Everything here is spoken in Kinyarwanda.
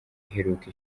iheruka